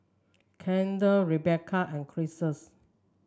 Kendal Rebecca and Crissie